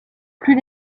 plus